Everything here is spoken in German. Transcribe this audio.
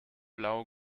blau